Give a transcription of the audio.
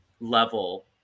level